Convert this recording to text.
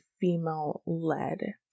female-led